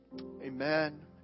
Amen